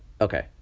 Okay